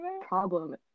problem